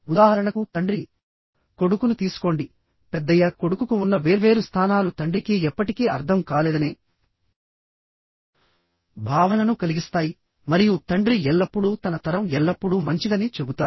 ఉదాహరణకు తండ్రి కొడుకును తీసుకోండి పెద్దయ్యాక కొడుకుకు ఉన్న వేర్వేరు స్థానాలు తండ్రికి ఎప్పటికీ అర్థం కాలేదనే భావనను కలిగిస్తాయి మరియు తండ్రి ఎల్లప్పుడూ తన తరం ఎల్లప్పుడూ మంచిదని చెబుతారు